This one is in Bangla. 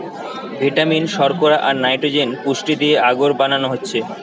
ভিটামিন, শর্করা, আর নাইট্রোজেন পুষ্টি দিয়ে আগর বানানো হচ্ছে